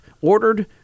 ordered